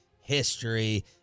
history